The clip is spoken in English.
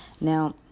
now